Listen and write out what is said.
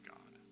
God